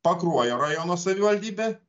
pakruojo rajono savivaldybė